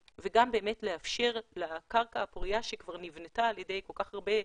וגם באמת לאפשר לקרקע הפוריה שכבר נבנתה על ידי כל כך הרבה,